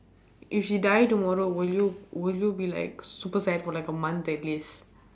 if she die tomorrow will you will you be like super sad for like a month at least